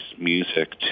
music